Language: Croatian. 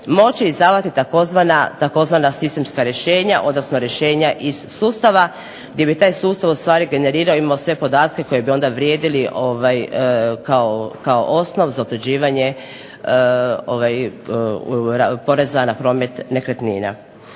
moći izdavati tzv. sistemska rješenja, odnosno rješenja iz sustava gdje bi taj sustav ustvari generirao i imao sve podatke koji bi onda vrijedili kao osnov za utvrđivanje poreza na promet nekretnina.